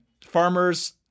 Farmers